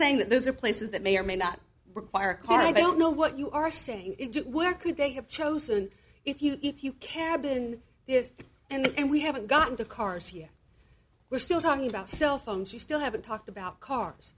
saying that those are places that may or may not require a car i don't know what you are saying where could they have chosen if you if you kept it in the us and we haven't got into cars here we're still talking about cellphones you still haven't talked about cars